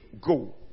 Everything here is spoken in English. Go